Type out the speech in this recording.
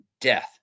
death